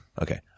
okay